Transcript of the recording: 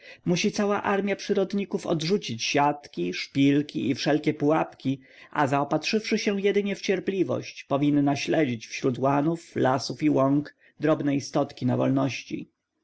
musi cała masa przyrodników odrzucić siatki szpilki i wszelkie pułapki a zaopatrzywszy się jedynie w cierpliwość powinna śledzić wśród łanów lasów i łąk drobne istotki na wolności